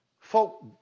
folk